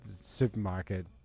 supermarket